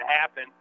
happen